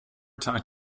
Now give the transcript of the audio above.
talked